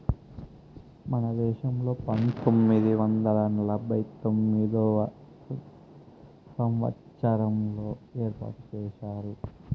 మన దేశంలో పంతొమ్మిది వందల నలభై తొమ్మిదవ సంవచ్చారంలో ఏర్పాటు చేశారు